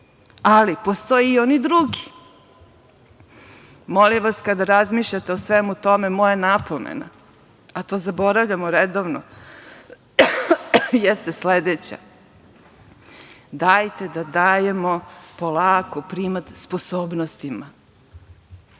Postoje i oni drugi. Molim vas, kada razmišljate o svemu tome, moja napomena, a to zaboravljamo redovno, jeste sledeća, dajte da dajemo polako primat sposobnostima.